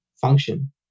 function